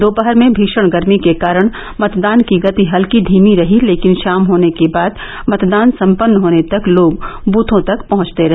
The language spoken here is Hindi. दोपहर में भीशण गर्मी के कारण मतदान की गति हल्की धीमी रही लेकिन षाम होने के बाद मतदान सम्पन्न होने तक लोग बूथों तक पहंचते रहे